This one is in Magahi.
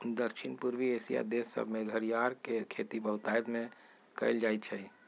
दक्षिण पूर्वी एशिया देश सभमें घरियार के खेती बहुतायत में कएल जाइ छइ